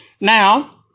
Now